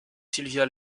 sylvia